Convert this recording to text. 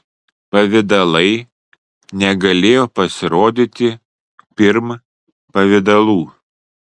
pavidalai negalėjo pasirodyti pirm pavidalų